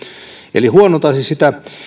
eli huonontaisi sitä